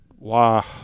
Wow